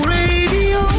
radio